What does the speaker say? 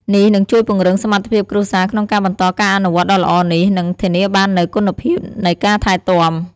នេះនឹងជួយពង្រឹងសមត្ថភាពគ្រួសារក្នុងការបន្តការអនុវត្តន៍ដ៏ល្អនេះ និងធានាបាននូវគុណភាពនៃការថែទាំ។